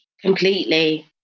Completely